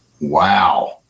Wow